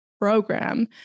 program